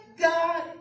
God